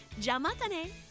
Jamatane